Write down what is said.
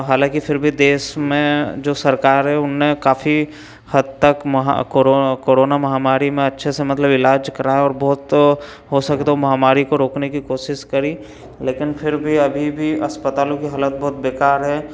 हालाँकि फिर भी देश में जो सरकार है उनने काफी हद तक महा कोरो कोरोना महामारी में अच्छे से मतलब इलाज़ कराया और बहुत हो सके तो महामारी को रोकने की कोशिश करी लेकिन फिर भी अभी भी अस्पतालों की हालत बहुत बेकार है